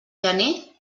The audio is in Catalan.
gener